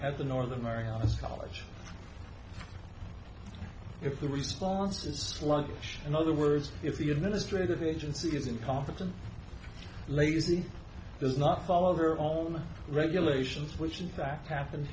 at the northern marianas college if the response is sluggish in other words if the administrative agency is incompetent lazy does not follow their own regulations which in fact happen